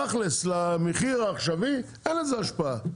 תכלס, למחיר העכשווי, אין לזה השפעה.